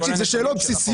זה עבודת נוער.